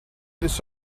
this